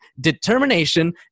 determination